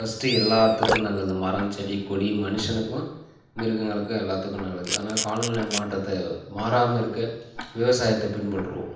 first எல்லாத்துக்கும் நல்லது மரம் செடி கொடி மனுஷனுக்கும் மிருகங்களுக்கும் எல்லாத்துக்கும் நல்லது ஆனால் காலநிலை மாற்றத்தை மாறாமல் இருக்க விவசாயத்தை பின்பற்றுவோம்